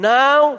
Now